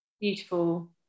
beautiful